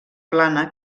plana